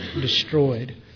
destroyed